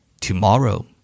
Tomorrow